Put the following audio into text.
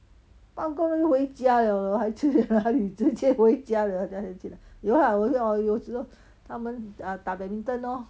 放工就回家 liao lor 还去哪里直接回家还去哪里有 lah 有时候他们打 badminton